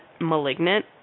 malignant